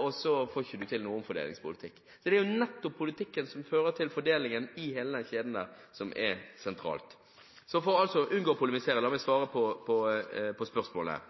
og så får en ikke til en fordelingspolitikk. Det er jo nettopp politikken som fører til fordelingen i hele denne kjeden, som er sentralt. For å unngå å polemisere – la meg svare på spørsmålet